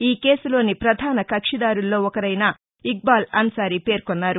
ఈ కేసులోని పధాన కక్షిదారుల్లో ఒకరైన ఇక్బాల్ అన్సారీ పేర్కొన్నారు